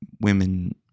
women